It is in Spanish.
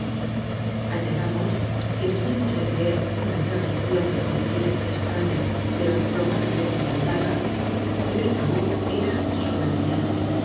añadamos que si hemos de creer una tradiccion de policía estraíía pero probablemente fundada le cabuc era